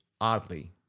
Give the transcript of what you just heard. oddly